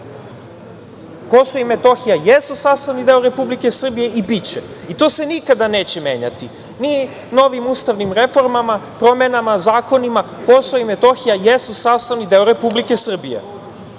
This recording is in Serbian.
Kosovo i Metohija jesu sastavni deo Republike Srbije i biće i to se nikada neće menjati. Mi novim ustavnim reformama, promenama, zakonima, Kosovo i Metohija jesu sastavni deo Republike Srbije.